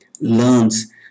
learns